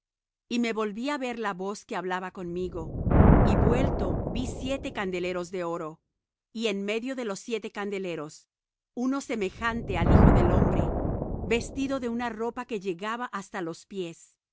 y me volví á ver la voz que hablaba conmigo y vuelto vi siete candeleros de oro y en medio de los siete candeleros uno semejante al hijo del hombre vestido de una ropa que llegaba hasta los pies